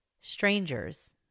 strangers